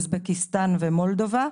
אוזבקיסטן ומולדובה.